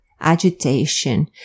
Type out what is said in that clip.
agitation